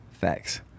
Facts